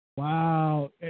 Wow